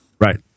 Right